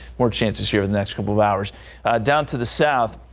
more chances here the next couple of hours down to the south.